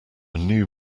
new